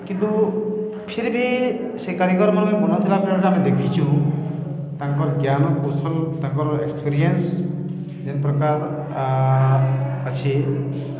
କିନ୍ତୁ ଫିର୍ ବି ସେ କାରିଗରମାନଙ୍କ ବନଉଥିଲା ବେଲେ ଆମେ ଦେଖିଛୁ ତାଙ୍କର ଜ୍ଞାନ କୌଶଳ ତାଙ୍କର ଏକ୍ସପିରିଏନ୍ସ ଯେନ୍ପ୍ରକାର ଅଛି